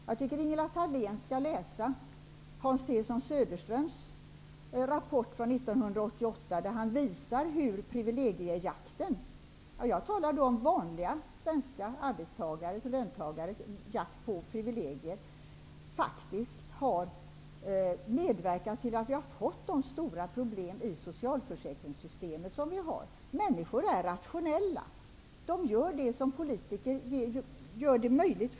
Jag tycker att Ingela Thale n skall läsa Hans T:son Söderströms rapport från 1988, i vilken han visar hur privilegiejakten - jag talar då om vanliga svenska arbets och löntagares jakt på privilegier - faktiskt har medverkat till att vi fått de stora problem i socialförsäkringssystemet som vi har. Människor är rationella. De gör det som politiker möjliggör.